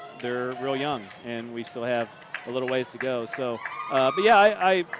they're real young. and we still have a little ways to go. so but yeah.